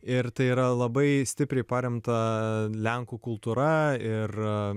ir tai yra labai stipriai paremta lenkų kultūra ir